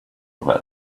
about